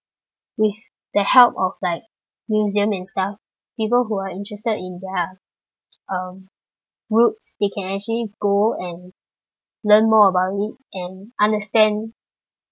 with the help of like museum and stuff people who are interested in their um roots they can actually go and learn more about it and understand